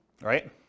right